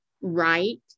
right